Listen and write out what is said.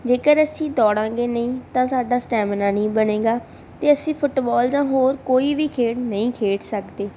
ਜੇਕਰ ਅਸੀਂ ਦੌੜਾਂਗੇ ਨਹੀਂ ਤਾਂ ਸਾਡਾ ਸਟੈਮਨਾ ਨਹੀਂ ਬਣੇਗਾ ਅਤੇ ਅਸੀਂ ਫੁੱਟਬਾਲ ਜਾਂ ਹੋਰ ਕੋਈ ਵੀ ਖੇਡ ਨਹੀਂ ਖੇਡ ਸਕਦੇ